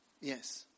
Yes